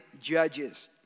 judges